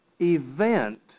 event